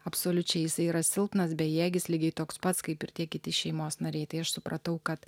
absoliučiai jisai yra silpnas bejėgis lygiai toks pats kaip ir tie kiti šeimos nariai tai aš supratau kad